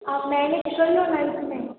आप मैंने